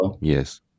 yes